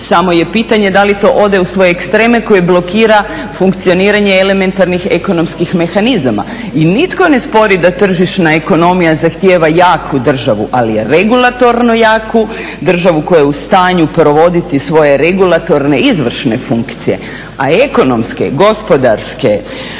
samo je pitanje da li to ode u svoje ekstreme koje blokira funkcioniranje elementarnih ekonomskih mehanizama. I nitko ne spori da tržišna ekonomija zahtijeva jaku državu ali je regulatorno jaku državu koja je u stanju provoditi svoje regulatorne izvršne funkcije, a ekonomske, gospodarske,